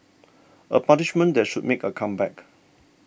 a punishment that should make a comeback